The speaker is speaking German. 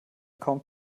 kaum